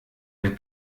der